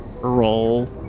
roll